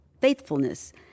faithfulness